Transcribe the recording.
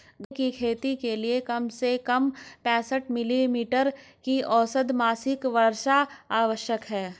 गांजे की खेती के लिए कम से कम पैंसठ मिली मीटर की औसत मासिक वर्षा आवश्यक है